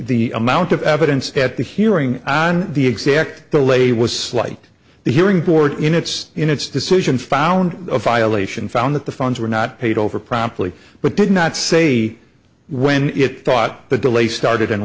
the amount of evidence at the hearing on the exact the lady was slight hearing board in its in its decision found a violation found that the funds were not paid over promptly but did not say when it thought the delay started and